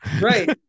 right